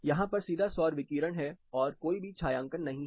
यहां पर सीधा सौर विकिरण है और कोई भी छायांकन नहीं है